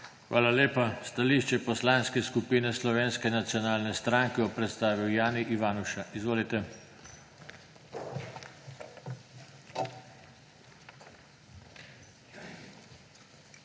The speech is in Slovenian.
Hvala lepa. Stališče Poslanske skupine Slovenske nacionalne stranke bo predstavil Jani Ivanuša. Izvolite. JANI